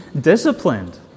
disciplined